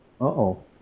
Uh-oh